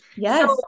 Yes